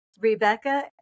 Rebecca